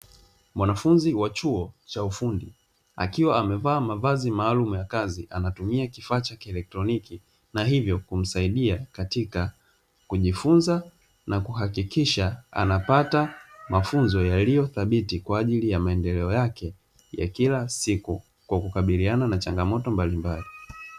Mwanafunzi wa chuo cha ufundi, akiwa amevaa mavazi maalumu ya kazi, anatumia kifaa cha kielektroniki na hivyo kumsaidia katika kujifunza na kuhakikisha anapata mafunzo yaliyothabiti kwa ajjili ya maendeleo yake ya kila siku, kwa kukabiliana na changamoto mbalimbali.